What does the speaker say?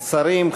שרים,